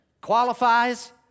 qualifies